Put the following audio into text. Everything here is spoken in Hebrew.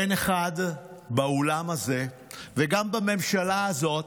אין אחד באולם הזה וגם בממשלה הזאת